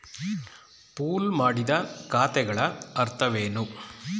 Pool ಮಾಡಿದ ಖಾತೆಗಳ ಅರ್ಥವೇನು?